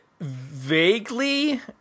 Vaguely